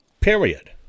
Period